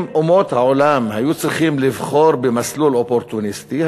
אם אומות העולם היו צריכות לבחור במסלול אופורטוניסטי,